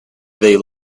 they